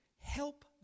help